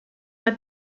der